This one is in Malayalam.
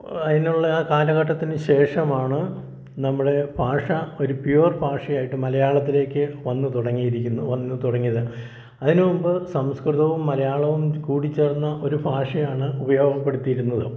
അതിനുള്ള കാലഘട്ടത്തിന് ശേഷമാണ് നമ്മുടെ ഭാഷ ഒരു പ്യുവർ ഭാഷയായിട്ട് മലയാളത്തിലേക്ക് വന്ന് തുടങ്ങിയിരിക്കുന്നത് വന്ന് തുടങ്ങിയത് അതിന് മുമ്പ് സംസ്കൃതവും മലയാളവും കൂടിച്ചേർന്ന ഒരു ഭാഷയാണ് ഉപയോഗപ്പെടുത്തിരിയിരുന്നത്